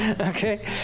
okay